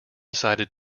decided